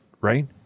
right